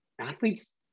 athletes